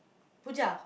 puja